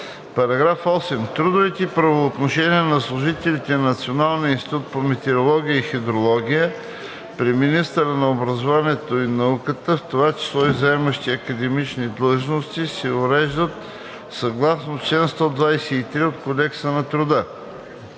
§ 8: „§ 8. Трудовите правоотношения на служителите на Националния институт по метеорология и хидрология при министъра на образованието и науката, в това число и заемащите академични длъжности, се уреждат съгласно чл. 123 от Кодекса на труда.“